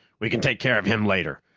we can take care of him later.